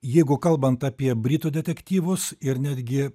jeigu kalbant apie britų detektyvus ir netgi